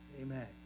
amen